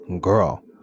Girl